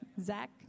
Zach